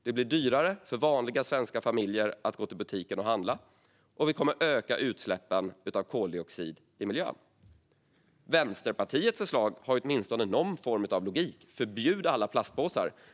Det blir dyrare för vanliga svenska familjer att gå till butiken och handla, och vi kommer att öka utsläppen av koldioxid i miljön. Vänsterpartiets förslag har åtminstone någon form av logik: Förbjud alla plastpåsar!